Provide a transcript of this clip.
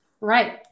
Right